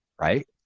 right